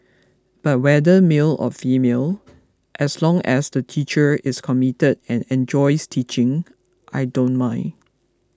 but whether male or female as long as the teacher is committed and enjoys teaching I don't mind